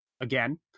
Again